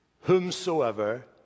whomsoever